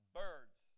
birds